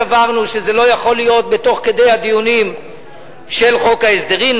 סברנו שזה לא יכול להיות תוך כדי הדיונים של חוק ההסדרים.